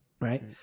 right